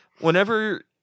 Whenever